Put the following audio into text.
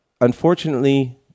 unfortunately